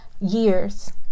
years